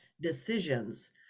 decisions